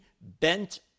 bent